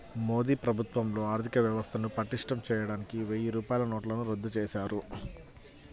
మోదీ ప్రభుత్వంలో ఆర్ధికవ్యవస్థను పటిష్టం చేయడానికి వెయ్యి రూపాయల నోట్లను రద్దు చేశారు